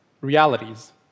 realities